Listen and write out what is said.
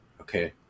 okay